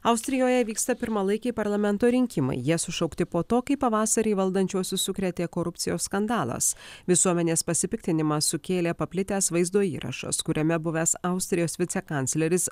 austrijoje vyksta pirmalaikiai parlamento rinkimai jie sušaukti po to kai pavasarį valdančiuosius sukrėtė korupcijos skandalas visuomenės pasipiktinimą sukėlė paplitęs vaizdo įrašas kuriame buvęs austrijos vicekancleris